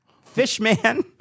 Fishman